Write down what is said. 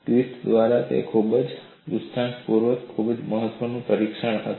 Griffith દ્વારા તે ખૂબ જ દૃષ્ટાંતરૂપ ખૂબ જ મહત્વપૂર્ણ નિરીક્ષણ છે